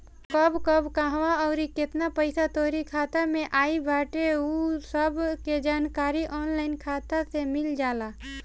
कब कब कहवा अउरी केतना पईसा तोहरी खाता में आई बाटे उ सब के जानकारी ऑनलाइन खाता से मिल जाला